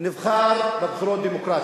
נבחר בבחירות דמוקרטיות,